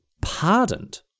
pardoned